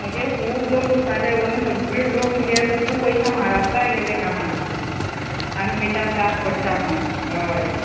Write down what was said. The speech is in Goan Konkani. आगे खूब लोक उरताले ओदूं सगळे लोक मगे खूब पयश्यांक म्हाराष्ट्रा गेले कामांक हांगा मिठा त्रास पडटा म्हूण हय